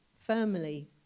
firmly